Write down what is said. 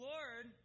Lord